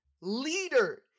leader